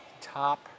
Top